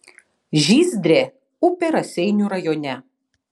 žyzdrė upė raseinių rajone